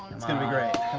it's gonna be great.